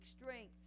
strength